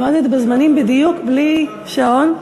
עמדת בזמנים בדיוק בלי שעון.